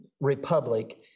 Republic